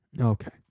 Okay